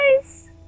Guys